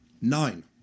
Nine